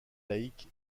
laïque